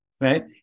Right